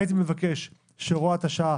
הייתי מבקש שהוראת השעה